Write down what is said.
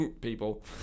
People